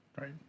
right